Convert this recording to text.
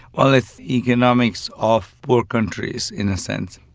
well, it's economics of poor countries, in a sense.